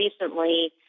recently